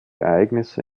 ereignisse